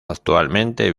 actualmente